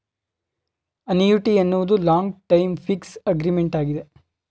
annuity ಎನ್ನುವುದು long time fix agreement ಆಗಿದೆ